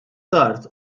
tard